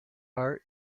are